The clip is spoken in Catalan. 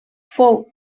fou